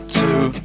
two